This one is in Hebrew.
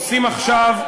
עושים עכשיו,